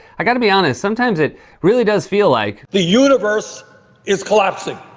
i've got to be honest, sometimes it really does feel like the universe is collapsing.